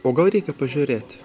o gal reikia pažiūrėti